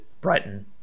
Brighton